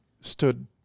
stood